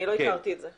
אני לא הכרתי את זה.